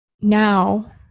now